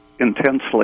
intensely